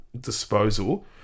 disposal